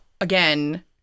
again